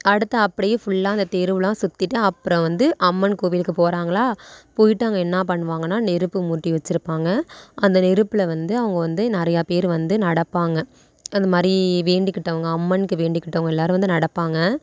அடுத்து அப்படியே ஃபுல்லாக அந்த தெருவெலாம் சுற்றிட்டு அப்புறம் வந்து அம்மன் கோவிலுக்குப் போகிறாங்களா போயிட்டு அங்கே என்ன பண்ணுவாங்கன்னால் நெருப்பு மூட்டி வச்சுருப்பாங்க அந்த நெருப்பில் வந்து அவங்க வந்து நிறையா பேர் வந்து நடப்பாங்க அந்தமாதிரி வேண்டிக்கிட்டவங்க அம்மனுக்கு வேண்டிக்கிட்டவங்க எல்லோரும் வந்து நடப்பாங்க